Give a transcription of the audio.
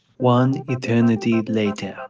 one eternity later.